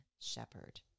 shepherd